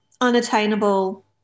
unattainable